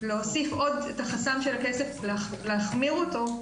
להוסיף עוד את החסם של הכסף ולהחמיר אותו,